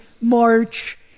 March